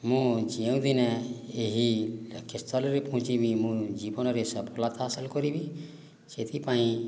ମୁଁ ଯେଉଁଦିନ ଏହି ଲକ୍ଷ୍ୟସ୍ଥଳରେ ପହଞ୍ଚିବି ମୁଁ ଜୀବନରେ ସଫଳତା ହାସଲ କରିବି ସେଥିପାଇଁ